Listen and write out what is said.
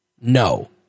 No